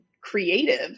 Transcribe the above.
creative